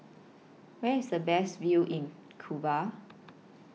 Where IS The Best View in Cuba